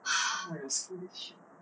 !whoa! your school damn shit eh